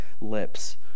lips